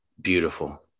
beautiful